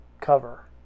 cover